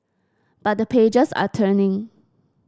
but the pages are turning